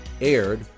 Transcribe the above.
aired